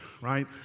right